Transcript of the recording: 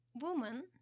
woman